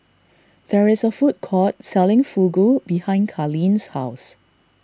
there is a food court selling Fugu behind Carlyn's house